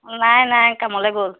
নাই নাই কামলৈ গ'ল